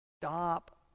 stop